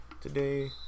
Today